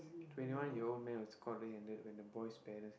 twenty one year old male is caught red handed when the boy's parents